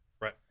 Right